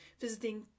visiting